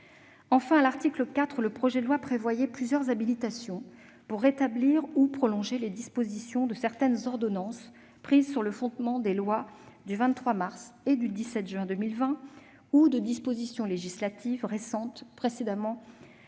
Enfin, à l'article 4, le projet de loi prévoyait plusieurs habilitations pour rétablir ou prolonger les dispositions de certaines ordonnances prises sur le fondement des lois du 23 mars et du 17 juin 2020, ou sur celui de dispositions législatives récentes, précisément